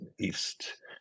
east